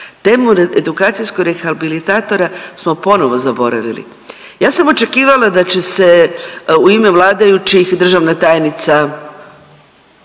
Temu edukacijskog rehabilitatora smo ponovo zaboravili. Ja sam očekivala da će se u ime vladajućih državna tajnica,